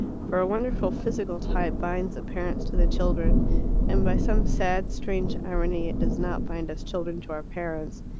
for a wonderful physical tie binds the parents to the children and by some sad, strange irony it does not bind us children to our parents.